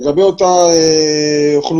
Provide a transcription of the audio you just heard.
לגבי אותה אוכלוסייה,